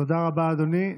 תודה רבה, אדוני.